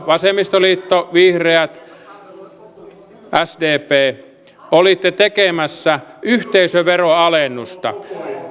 vasemmistoliitto vihreät ja sdp olitte tekemässä yhteisöveroalennusta